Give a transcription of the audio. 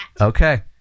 Okay